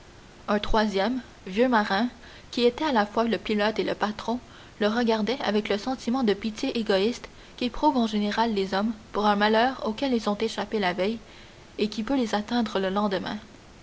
un troisième vieux marin qui était à la fois le pilote et le patron le regardait avec le sentiment de pitié égoïste qu'éprouvent en général les hommes pour un malheur auquel ils ont échappé la veille et qui peut les atteindre le lendemain